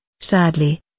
sadly